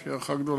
יש לי הערכה גדולה